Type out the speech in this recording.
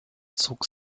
zog